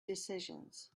decisions